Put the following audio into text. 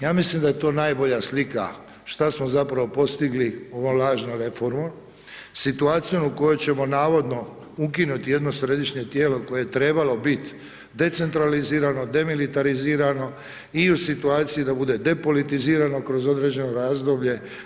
Ja mislim da je to najbolja slika šta smo zapravo postigli ovom lažnom reformom, situacijom u kojoj ćemo navodno ukinuti jedno središnje tijelo koje je trebalo bit decentralizirano, demilitarizirano i u situaciji da bude depolitizirano kroz određeno razdoblje.